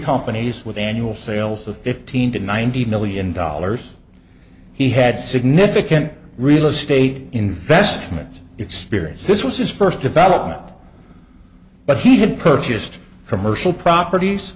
companies with annual sales of fifteen to ninety million dollars he had significant real estate investment experience this was his first development but he had purchased commercial properties